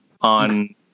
On